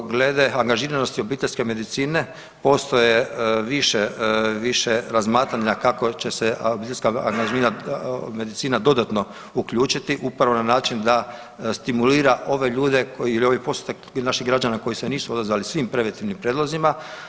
Glede angažiranosti obiteljske medicine postoji više razmatranja kako će se obiteljska medicina dodatno uključiti upravo na način da stimulira ove ljude ili ovaj postotak naših građana koji se nisu odazvali svim preventivnim pregledima.